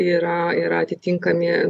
yra ir atitinkami